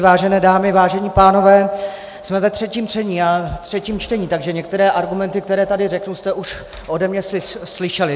Vážené dámy, vážení pánové, jsme ve třetím čtení, takže některé argumenty, které tady řeknu, jste už ode mě slyšeli.